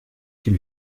qu’il